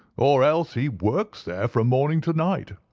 or else he works there from morning to night.